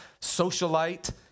socialite